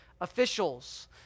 officials